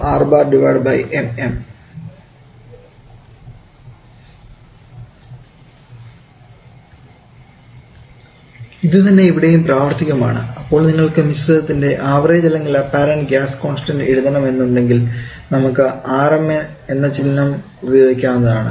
അവിടെനിന്നും മിശ്രിതത്ത്തിൻറെ apparent gas constant ലഭിക്കുന്നത് ആണ്